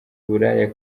uburaya